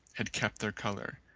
had kept their colour,